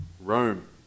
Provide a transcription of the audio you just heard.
Rome